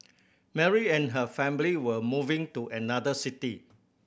Mary and her family were moving to another city